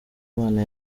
imana